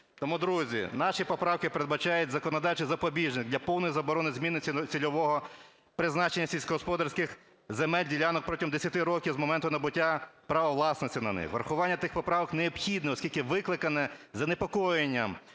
Тому, друзі, наші поправки передбачають законодавчий запобіжник для повної заборони зміни цільового призначення сільськогосподарських земель, ділянок протягом 10 років з моменту набуття права власності на неї. Врахування тих поправок необхідне, оскільки викликане занепокоєнням